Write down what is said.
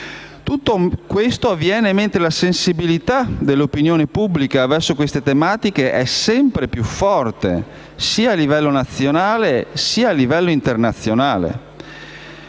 Tutto questo avviene mentre la sensibilità dell'opinione pubblica verso queste tematiche è sempre più forte, sia al livello nazionale, sia al livello internazionale.